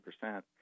percent